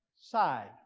side